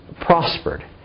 prospered